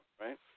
right